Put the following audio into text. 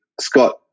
Scott